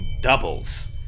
doubles